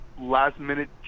last-minute